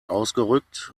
ausgerückt